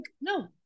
No